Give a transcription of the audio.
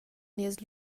nies